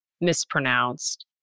mispronounced